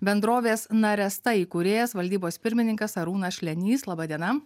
bendrovės naresta įkūrėjas valdybos pirmininkas arūnas šlenys laba diena